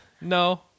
No